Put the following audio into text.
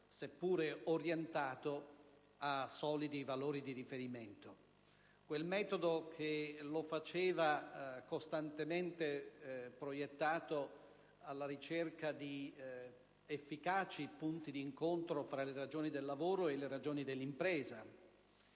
seppure orientato a solidi valori di riferimento. Quel metodo lo faceva costantemente proiettato alla ricerca di efficaci punti d'incontro tra le ragioni del lavoro e le ragioni dell'impresa.